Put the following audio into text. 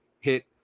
hit